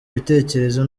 ibitekerezo